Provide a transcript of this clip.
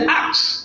acts